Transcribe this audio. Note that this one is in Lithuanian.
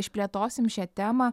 išplėtosim šią temą